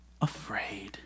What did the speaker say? afraid